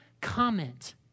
comment